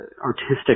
artistic